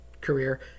career